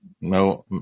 No